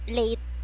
late